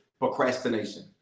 procrastination